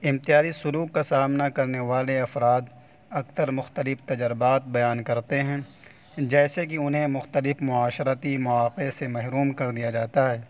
امتیازی سلوک کا سامنا کرنے والے افراد اکثر مختلف تجربات بیان کرتے ہیں جیسے کہ انہیں مختلف معاشرتی مواقع سے محروم کر دیا جاتا ہے